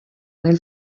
nel